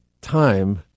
time